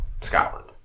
Scotland